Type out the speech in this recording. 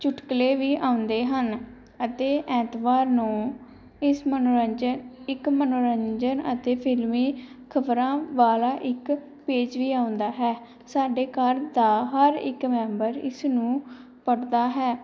ਚੁਟਕਲੇ ਵੀ ਆਉਂਦੇ ਹਨ ਅਤੇ ਐਤਵਾਰ ਨੂੰ ਇਸ ਮਨੋਰੰਜਨ ਇੱਕ ਮਨੋਰੰਜਨ ਅਤੇ ਫਿਲਮੀ ਖਬਰਾਂ ਵਾਲਾ ਇੱਕ ਪੇਜ ਵੀ ਆਉਂਦਾ ਹੈ ਸਾਡੇ ਘਰ ਦਾ ਹਰ ਇੱਕ ਮੈਂਬਰ ਇਸ ਨੂੰ ਪੜ੍ਹਦਾ ਹੈ